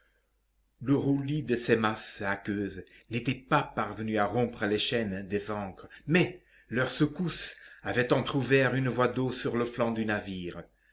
le roulis de ces masses aqueuses n'était pas parvenu à rompre les chaînes des ancres mais leurs secousses avaient entr'ouvert une voie d'eau sur les flancs du navire